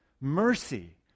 mercy